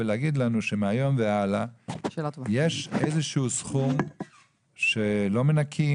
להגיד לנו שמהיום והלאה יש איזה שהוא סכום שלא מנכים,